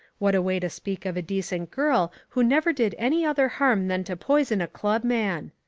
what a way to speak of a decent girl who never did any other harm than to poison a club man.